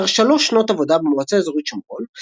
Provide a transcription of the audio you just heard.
לאחר שלוש שנות עבודה במועצה אזורית שומרון,